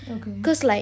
okay